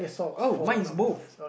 oh mine is both